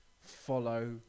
follow